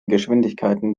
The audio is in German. geschwindigkeiten